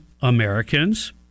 Americans